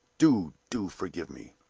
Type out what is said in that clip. do, do forgive me!